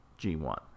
G1